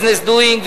business doing,